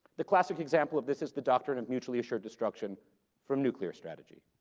the classic example of this is the doctrine of mutually assured destruction from nuclear strategy.